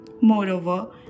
Moreover